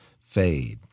Fade